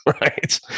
right